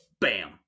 bam